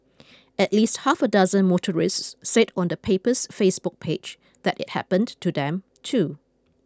at least half a dozen motorists said on the paper's Facebook page that it happened to them too